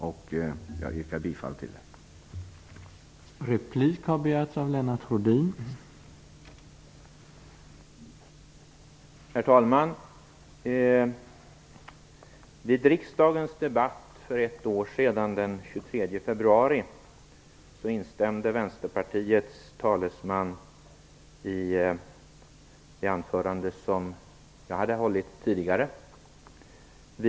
Jag yrkar bifall till utskottets hemställan på de punkterna.